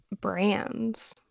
Brands